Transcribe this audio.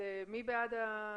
מי בעד התיקון?